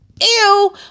Ew